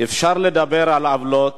אפשר לדבר על עוולות,